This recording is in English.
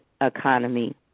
Economy